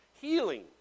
healing